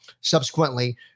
Subsequently